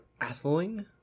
Atheling